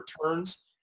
returns